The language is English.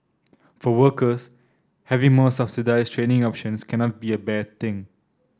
for workers having more subsidised training options cannot be a bad thing